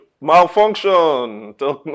malfunction